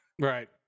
right